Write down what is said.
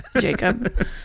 Jacob